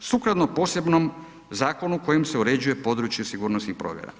sukladno posebnom zakonu kojim se uređuje područje sigurnosnih provjera.